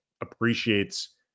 appreciates